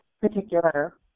particular